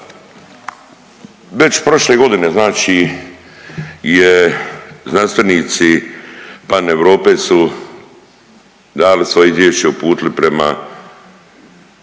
Već prošle godine znači je znanstvenici Paneurope su dali svoje izvješće, uputili prema